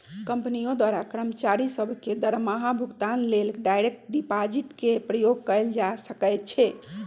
कंपनियों द्वारा कर्मचारि सभ के दरमाहा भुगतान लेल डायरेक्ट डिपाजिट के प्रयोग कएल जा सकै छै